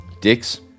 Dicks